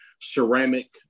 ceramic